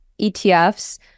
ETFs